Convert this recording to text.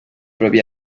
propia